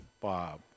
Bob